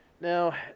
Now